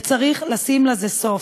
וצריך לשים לזה סוף.